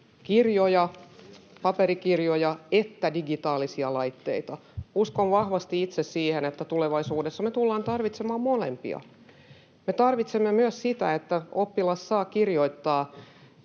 kirjoja, paperikirjoja, että digitaalisia laitteita. Uskon vahvasti itse siihen, että tulevaisuudessa me tullaan tarvitsemaan molempia. Me tarvitsemme myös sitä, että oppilas saa kirjoittaa